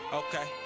okay